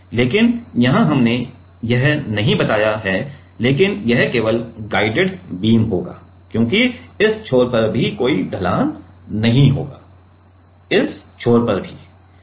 लेकिन यहां हमने यहां नहीं बताया है लेकिन यह केवल गाइडेड बीम होगा क्योंकि इस छोर पर भी कोई ढलान नहीं होगा इस छोर पर भी